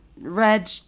Reg